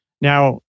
Now